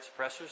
suppressors